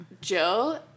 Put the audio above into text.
Jill